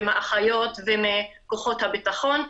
מאחיות ומכוחות הביטחון,